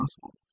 possible